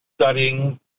studying